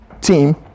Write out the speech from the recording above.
team